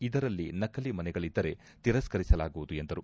ಇದರಲ್ಲಿ ನಕಲಿ ಮನೆಗಳಿದ್ದರೆ ತಿರಸ್ಕರಿಸಲಾಗುವುದು ಎಂದರು